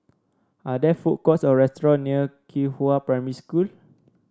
are there food courts or restaurant near Qihua Primary School